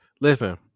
listen